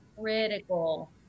critical